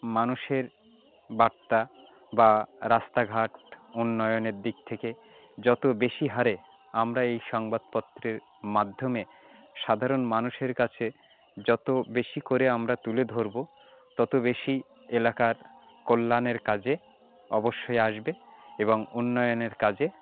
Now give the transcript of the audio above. মানুষের বার্তা বা রাস্তাঘাট উন্নয়নের দিক থেকে যতো বেশি হারে আমরা এই সংবাদপত্রে মাধ্যমে সাধারণ মানুষের কাছে যতো বেশি করে আমরা তুলে ধরবো তত বেশি এলাকার কল্যাণের কাজে অবশ্যই আসবে এবং উন্নয়নের কাজে